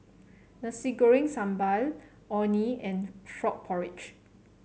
Nasi Goreng Sambal Orh Nee and Frog Porridge